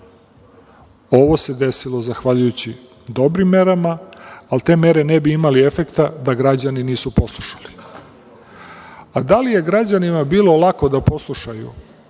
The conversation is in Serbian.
Ovo se desilo zahvaljujući dobrim merama, ali te mere ne bi imale efekta da građani nisu poslušali. Da li je građanima bilo lako da poslušaju?